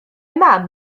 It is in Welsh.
mam